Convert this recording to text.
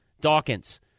Dawkins